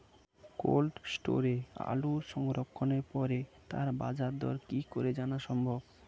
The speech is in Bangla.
কোল্ড স্টোরে আলু সংরক্ষণের পরে তার বাজারদর কি করে জানা সম্ভব?